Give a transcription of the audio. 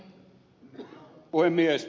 arvoisa puhemies